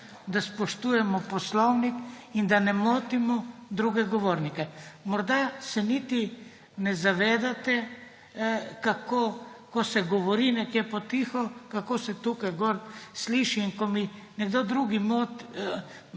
da spoštujemo poslovnik in da ne motimo drugih govornikov. Morda se niti ne zavedate, ko se govori nekje po tiho, kako se tukaj gori sliši. In ko mi nekdo drug